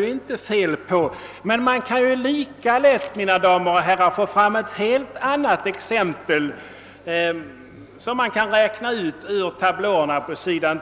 det exemplet, men man kan lika gärna, mina damer och herrar, räkna fram ett annat exempel med hjälp av tablåerna i handlingarna.